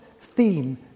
theme